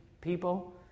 people